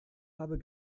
habe